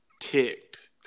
ticked